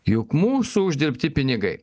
jog mūsų uždirbti pinigai